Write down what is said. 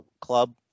club